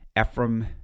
Ephraim